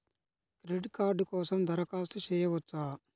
Credit card కోసం దరఖాస్తు చేయవచ్చా?